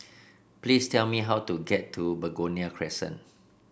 please tell me how to get to Begonia Crescent